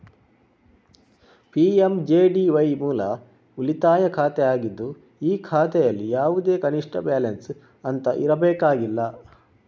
PMJDY ಮೂಲ ಉಳಿತಾಯ ಖಾತೆ ಆಗಿದ್ದು ಈ ಖಾತೆನಲ್ಲಿ ಯಾವುದೇ ಕನಿಷ್ಠ ಬ್ಯಾಲೆನ್ಸ್ ಅಂತ ಇರಬೇಕಾಗಿಲ್ಲ